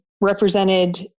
represented